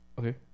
Okay